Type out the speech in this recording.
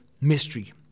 mystery